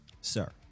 Sir